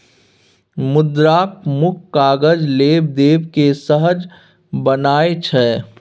मुद्राक मुख्य काज लेब देब केँ सहज बनेनाइ छै